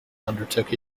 undertook